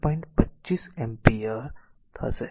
25 ampere છે